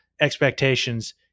expectations –